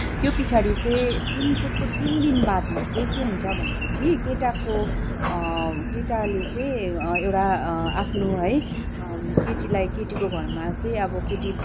त्यो पछाडि चाहिँ तिन त्यसको तिन दिन बादमा चाहिँ के हुन्छ भनेपछि केटाको केटाले चाहिँ एउटा आफ्नो है केटीलाई केटीको घरमा चाहिँ अब केटी